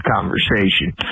conversation